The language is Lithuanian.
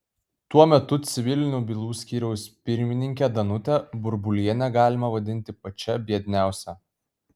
tuo metu civilinių bylų skyriaus pirmininkę danutę burbulienę galime vadinti pačia biedniausia